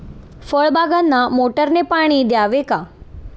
फळबागांना मोटारने पाणी द्यावे का?